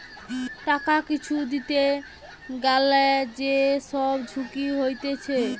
টাকা কিছু দিতে গ্যালে যে সব ঝুঁকি হতিছে